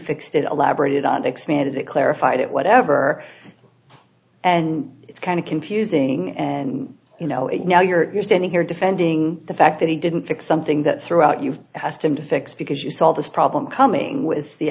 fixed it a labrat it out expanded it clarified it whatever and it's kind of confusing and you know it now you're standing here defending the fact that he didn't pick something that throughout you asked him to fix because you solve this problem coming with the